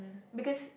because